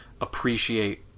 appreciate